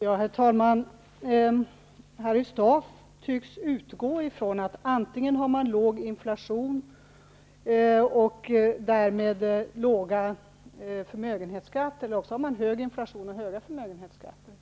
Herr talman! Harry Staaf tycks utgå ifrån att man antingen har låg inflation och därmed låga förmögenhetsskatter, eller också hög inflation och därmed höga förmögenhetsskatter.